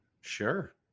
sure